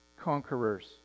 conquerors